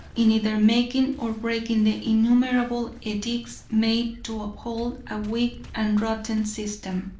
in either making or breaking the innumerable edicts made to uphold a weak and rotten system.